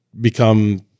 become